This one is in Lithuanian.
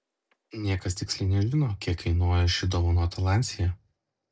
niekas tiksliai nežino kiek kainuoja ši dovanota lancia